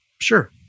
sure